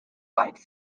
white